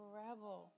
rebel